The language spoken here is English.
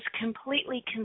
completely